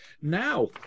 Now